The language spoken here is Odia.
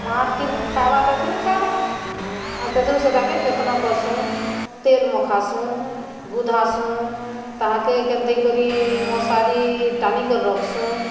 ମାର୍ କ୍ଷୀର୍ ଖାଏବା ତେଥରୁଁ ଖାଏବା ଆର୍ ସେଥରୁଁ ସେତାକେ ଯତ୍ନ କରସୁଁ ତେଲ୍ ମଖାସୁଁ ଗୁଧାସୁଁ ତାହାକେ କେନ୍ତେଇ କରିଁ ମଶାରୀ ଟାନିକରି ରଖସୁଁ